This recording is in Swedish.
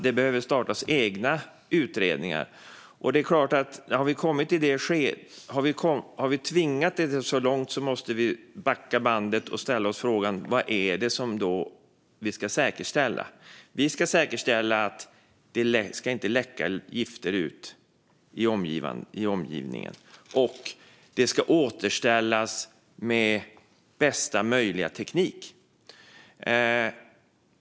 De behöver då starta egna utredningar. Om man nu har tvingat utvecklingen så långt måste man backa bandet och ställa sig frågan vad det är som ska säkerställas. Jo, att det inte läcker ut gifter i omgivningen och att det återställs med bästa möjliga teknik.